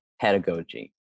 pedagogy